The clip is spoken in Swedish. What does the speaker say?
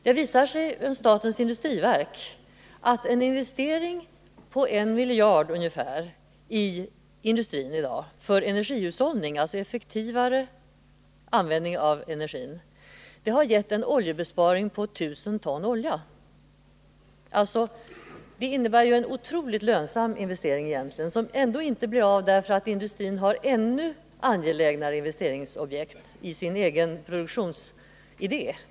Det visar sig enligt statens industriverk att en investering på 1 miljard ungefär i industrin i dag för energihushållning, alltså effektivare användning av energin, ger en oljebesparing på 1 000 ton olja. Det innebär ju egentligen en otroligt lönsam investering som ändå inte blir av därför att industrin har ännu angelägnare investeringsobjekt i sin egen produktionsidé.